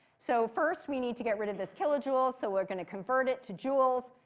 so first we need to get rid of this kilojoules. so we're going to convert it to joules.